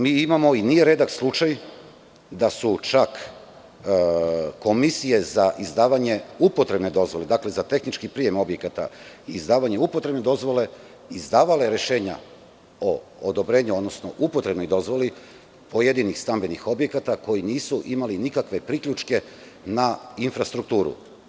Mi imamo, i nije redak slučaj, da su čak komisije za izdavanje upotrebne dozvole, dakle za tehnički prijem objekata i izdavanje upotrebne dozvole, izdavale rešenja o odobrenju, odnosno upotrebnoj dozvoli pojedinih stambenih objekata koji nisu imali nikakve priključke na infrastrukturu.